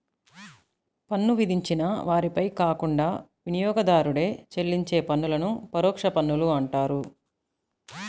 పన్ను విధించిన వారిపై కాకుండా వినియోగదారుడే చెల్లించే పన్నులను పరోక్ష పన్నులు అంటారు